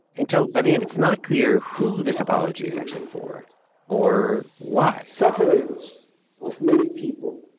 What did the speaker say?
until by the end it's not clear who this apology is actually for or why sufferings of many people,